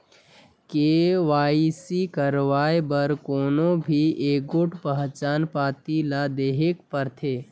KYC करवाए बर कोनो भी एगोट पहिचान पाती ल देहेक परथे